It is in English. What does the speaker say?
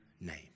name